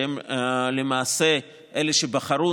שהם למעשה אלה שבחרו,